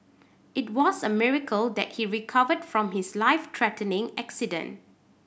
it was a miracle that he recovered from his life threatening accident